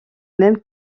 même